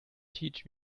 teach